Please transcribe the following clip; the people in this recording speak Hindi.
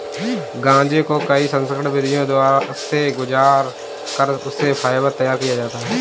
गांजे को कई संस्करण विधियों से गुजार कर उससे फाइबर तैयार किया जाता है